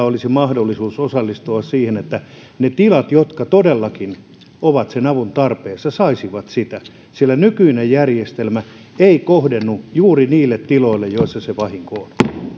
olisi mahdollisuus siihen niin että ne tilat jotka todellakin ovat sen avun tarpeessa saisivat sitä nykyinen järjestelmä ei kohdennu juuri niille tiloille joissa se vahinko on